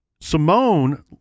Simone